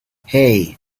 hey